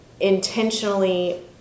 intentionally